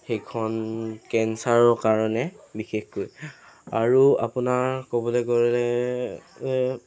সেইখন কেন্সাৰৰ কাৰণে বিশেষকৈ আৰু আপোনাৰ ক'বলৈ গ'লে